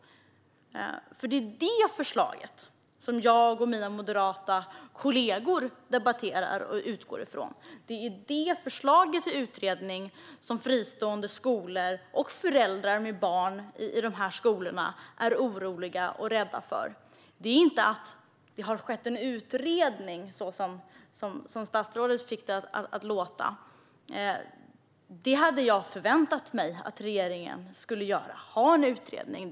Det är det förslaget som jag och mina moderata kollegor debatterar och utgår från. Det är det utredningsförslaget som fristående skolor och föräldrar med barn i de skolorna är oroliga och rädda för. Problemet är inte att det har skett en utredning, vilket statsrådet fick det att låta som. Jag hade förväntat mig att regeringen skulle göra en utredning.